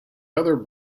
other